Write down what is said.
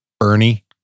Ernie